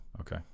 Okay